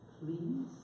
please